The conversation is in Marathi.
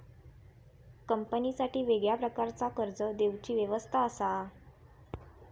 कंपनीसाठी वेगळ्या प्रकारचा कर्ज देवची व्यवस्था असा